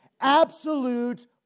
absolute